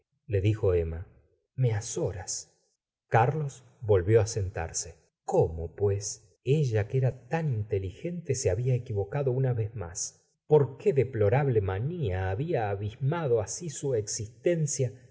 siéntate le dijo emma me azoras carlos volvió á sentarse cómo pues ella que era tan inteligente se babia equivocado una vez más por qué deplorable manía habia abismado así su existencia